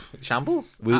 Shambles